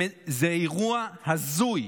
זה אירוע הזוי.